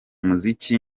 umuziki